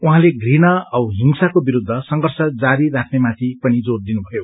उहाँले घृणा औ हिंसाको विरूद्ध संर्घष जारी राख्नेमाथि जोर दिनुभयो